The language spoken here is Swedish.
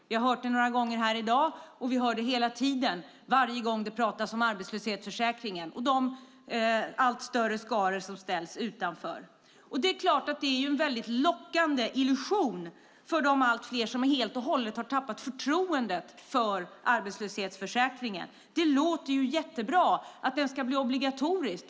Vi har hört det några gånger här i dag, och vi hör det varje gång det pratas om arbetslöshetsförsäkringen och de allt större skaror som ställs utanför. Det är klart att det är en väldigt lockande illusion för de allt fler som helt och hållet har tappat förtroendet för arbetslöshetsförsäkringen. Det låter ju jättebra att den ska bli obligatorisk.